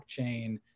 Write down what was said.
blockchain